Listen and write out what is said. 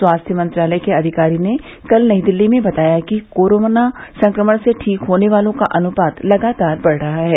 स्वास्थ्य मंत्रालय के अधिकारी ने कल नई दिल्ली में बताया कि कोरोना संक्रमण से ठीक होने वालों का अनुपात लगातार बढ़ रहा है